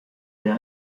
der